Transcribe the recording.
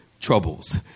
troubles